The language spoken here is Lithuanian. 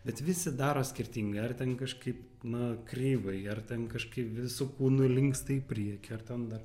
bet visi daro skirtingai ar kažkaip na kreivai ar ten kažkaip visu kūnu linksta į priekį ar ten dar